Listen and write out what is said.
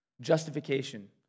justification